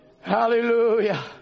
Hallelujah